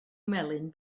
melyn